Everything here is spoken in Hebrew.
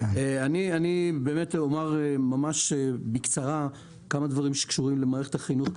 אני אומר בקצרה כמה דברים שקשורים למערכת החינוך,